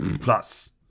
Plus